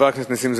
תודה רבה.